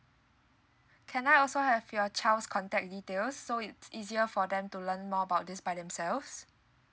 can I also have your child's contact details so it's easier for them to learn more about this by themselves